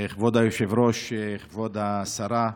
כבוד היושב-ראש, כבוד השרה,